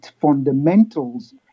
fundamentals